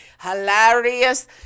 hilarious